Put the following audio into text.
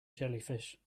jellyfish